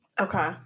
Okay